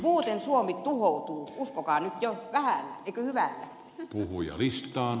muuten suomi tuhoutuu uskokaa nyt jo hyvällä